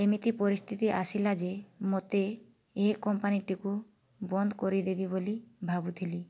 ଏମିତି ପରିସ୍ଥିତି ଆସିଲା ଯେ ମୋତେ ଏହି କମ୍ପାନୀଟିକୁ ବନ୍ଦ କରିଦେବି ବୋଲି ଭାବୁଥିଲି